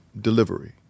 delivery